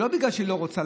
זה לא בגלל שהיא לא רוצה.